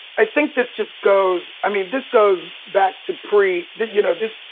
i think this just goes. i mean, this goes back to pre, you know, this,